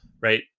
right